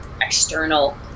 external